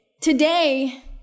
today